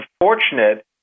unfortunate